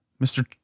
Mr